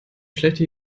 schlechte